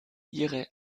ihre